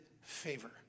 favor